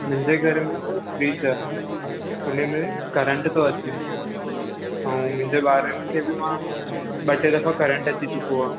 मुंहिंजे घर में हिक फ्रिज आहे हुन में करंट थो अचे ऐं मुंहिंजे ॿारनि खे बि मां ॿ टे दफ़ा करंट अची चुको आहे